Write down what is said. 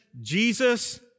Jesus